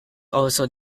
also